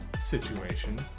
situation